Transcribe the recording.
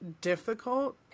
difficult